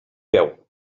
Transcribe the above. veu